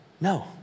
No